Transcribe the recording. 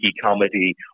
comedy